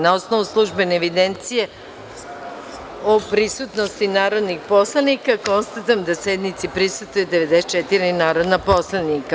Na osnovu službene evidencije o prisutnosti narodnih poslanika, konstatujem da sednici prisustvuje 94 narodna poslanika.